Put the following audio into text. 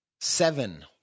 Seven